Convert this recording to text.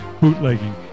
bootlegging